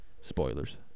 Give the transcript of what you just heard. Spoilers